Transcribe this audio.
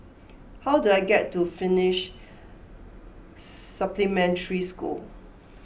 how do I get to Finnish Supplementary School